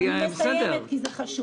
זה חשוב.